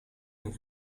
een